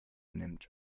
nimmt